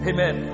Amen